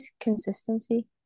consistency